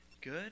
good